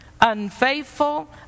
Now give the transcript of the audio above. unfaithful